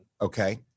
Okay